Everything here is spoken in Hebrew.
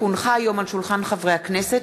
כי הונחה היום על שולחן הכנסת,